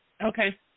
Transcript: Okay